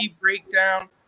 Breakdown